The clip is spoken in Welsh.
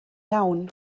iawn